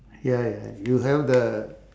ya ya you have the